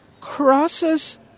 crosses